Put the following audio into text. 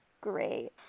great